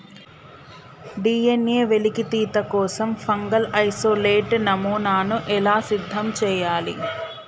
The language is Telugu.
డి.ఎన్.ఎ వెలికితీత కోసం ఫంగల్ ఇసోలేట్ నమూనాను ఎలా సిద్ధం చెయ్యాలి?